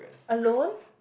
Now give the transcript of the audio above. alone